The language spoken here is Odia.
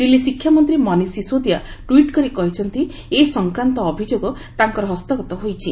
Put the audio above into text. ଦିଲ୍ଲୀ ଶିକ୍ଷାମନ୍ତ୍ରୀ ମନୀଶ ସିସୋଦିଆ ଟ୍ୱିଟ୍ କରି କହିଛନ୍ତି ଏ ସଂକ୍ରାନ୍ତ ଅଭିଯୋଗ ତାଙ୍କର ହସ୍ତଗତ ହୋଇଛି